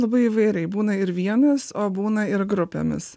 labai įvairiai būna ir vienas o būna ir grupėmis